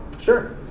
Sure